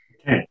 Okay